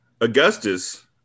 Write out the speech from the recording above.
Augustus